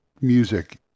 music